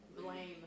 blame